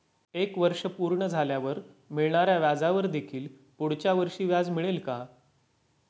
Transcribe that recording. एक वर्ष पूर्ण झाल्यावर मिळणाऱ्या व्याजावर देखील पुढच्या वर्षी व्याज मिळेल का?